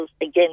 again